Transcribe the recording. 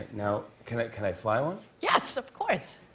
now can i can i fly one? yes, of course.